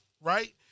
right